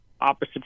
opposite